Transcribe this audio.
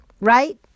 right